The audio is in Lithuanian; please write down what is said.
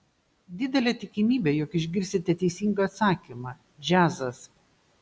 didelė tikimybė jog išgirsite teisingą atsakymą džiazas